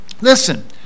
listen